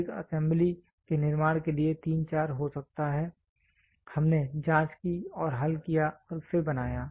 तो 1 असेंबली के निर्माण के लिए 3 4 हो सकता है हमने जाँच की और हल किया और फिर बनाया